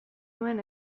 nuen